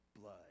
blood